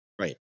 Right